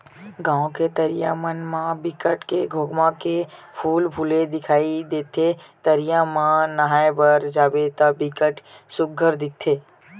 गाँव के तरिया मन म बिकट के खोखमा के फूल फूले दिखई देथे, तरिया म नहाय बर जाबे त बिकट सुग्घर दिखथे